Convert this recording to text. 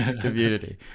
community